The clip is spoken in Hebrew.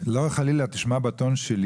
חלילה לא תשמע בטון שלי,